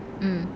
mm